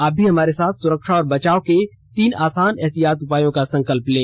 आप भी हमारे साथ सुरक्षा और बचाव के तीन आसान एहतियाती उपायों का संकल्प लें